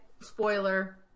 Spoiler